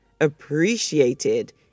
appreciated